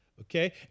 Okay